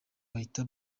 bahita